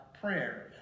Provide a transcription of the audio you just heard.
prayer